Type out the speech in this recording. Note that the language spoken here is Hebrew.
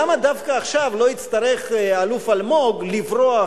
למה דווקא עכשיו לא יצטרך האלוף אלמוג לברוח